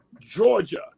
Georgia